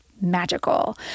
magical